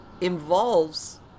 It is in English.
involves